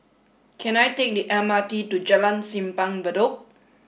can I take the M R T to Jalan Simpang Bedok